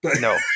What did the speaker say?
No